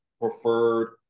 preferred